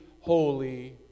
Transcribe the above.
holy